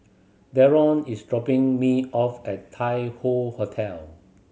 Darron is dropping me off at Tai Hoe Hotel